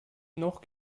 noch